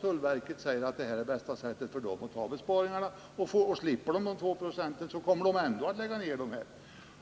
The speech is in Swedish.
Tullverket säger att en indragning av kustposteringarna är bästa sättet för verket att göra besparingen, och slipper verket spara de två procenten så kommer det ändå att lägga ner